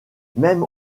même